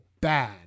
bad